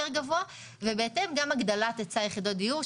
גבוה ובהתאם גם הגדלה היצע יחידות הדיור,